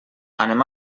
anem